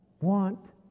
want